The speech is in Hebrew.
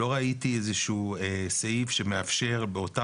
לא ראיתי איזה שהוא סעיף שמאפשר באותה